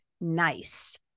nice